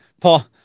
Paul